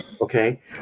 Okay